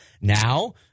Now –